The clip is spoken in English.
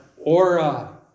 aura